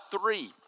three